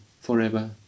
forever